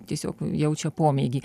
tiesiog jaučia pomėgį